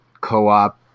co-op